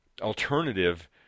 alternative